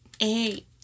Eight